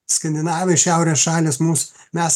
skandinavai šiaurės šalys mūsų mes